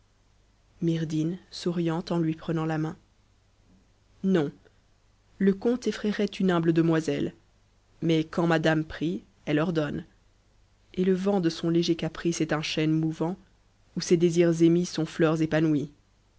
myrdhinn souriant en lui prenant la ew non le conte effraierait une humble demoiselle mais quand ma dame prie elle ordonne et le vent de son léger caprice est un chêne mouvant où ses désirs émis sont fleurs épanouies